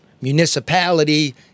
municipality